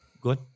Good